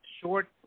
short